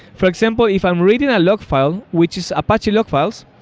for example, if i'm reading a log file, which is apache log files,